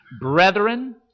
Brethren